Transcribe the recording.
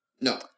No